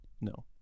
No